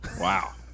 Wow